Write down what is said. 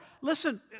Listen